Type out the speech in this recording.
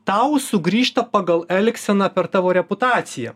tau sugrįžta pagal elgseną per tavo reputaciją